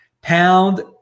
Pound